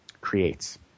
creates